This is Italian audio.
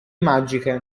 magiche